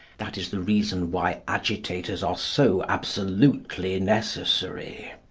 that is the reason why agitators are so absolutely necessary.